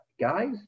Guys